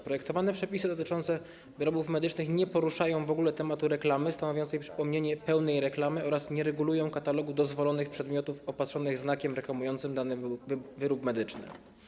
Projektowane przepisy dotyczące wyrobów medycznych nie poruszają w ogóle tematu reklamy stanowiącej przypomnienie pełnej reklamy oraz nie regulują katalogu dozwolonych przedmiotów opatrzonych znakiem reklamującym dany wyrób medyczny.